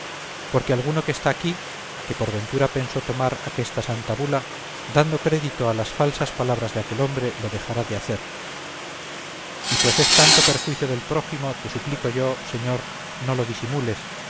porque alguno que está aquí que por ventura pensó tomar aquesta santa bula dando crédito a las falsas palabras de aquel hombre lo dejará de hacer y pues es tanto perjuicio del prójimo te suplico yo señor no lo disimules